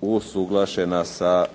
usuglašena sa